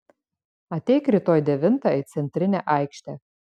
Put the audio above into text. ateik rytoj devintą į centrinę aikštę